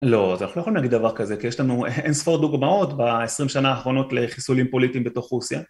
לא, אנחנו לא יכולים להגיד דבר כזה, כי יש לנו אין ספור דוגמאות ב-20 שנה האחרונות לחיסולים פוליטיים בתוך רוסיה